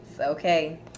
okay